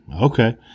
okay